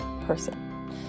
person